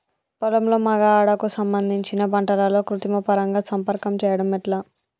పొలంలో మగ ఆడ కు సంబంధించిన పంటలలో కృత్రిమ పరంగా సంపర్కం చెయ్యడం ఎట్ల?